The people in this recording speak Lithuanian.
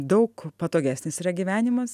daug patogesnis yra gyvenimas